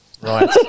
Right